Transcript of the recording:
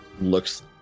looks